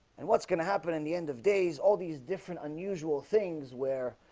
and what's gonna happen in the end of days all these different unusual things where?